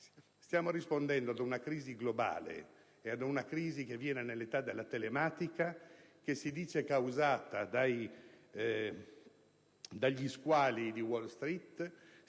Stiamo rispondendo ad una crisi globale - che viene nell'età della telematica e che si dice causata dagli squali di Wall Street